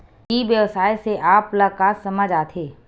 ई व्यवसाय से आप ल का समझ आथे?